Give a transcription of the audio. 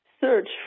search